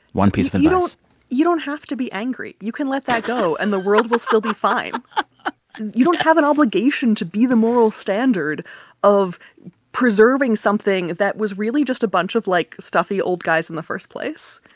one piece of and advice you don't have to be angry. you can let that go. and the world will still be fine yes you don't have an obligation to be the moral standard of preserving something that was really just a bunch of, like, stuffy, old guys in the first place.